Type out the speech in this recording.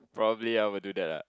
probably I would do that ah